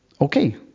Okay